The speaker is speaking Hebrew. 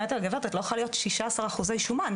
אמרתי לה: 'גברת את לא יכולה להיות 16 אחוזי שומן,